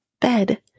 bed